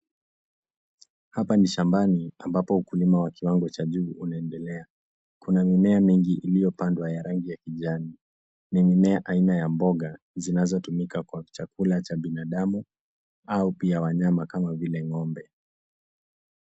Hapa ni shambani ambapo ukulima wa kiwango cha juu unaendelea. Kuna mimea mingi iliyopandwa ya rangi ya kijani. Ni mimea aina ya mboga zinazotumika kwa chakula cha binadamu, au pia wanyama kama vile ngo'mbe.